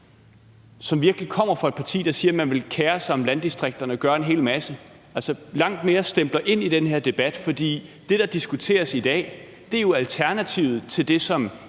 som virkelig kommer fra et parti, der siger, at man vil kere sig om landdistrikterne og gøre en hel masse. Altså, langt flere stempler ind i den her debat, for det, der diskuteres i dag, er jo alternativet til det, som